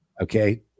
Okay